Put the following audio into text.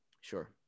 sure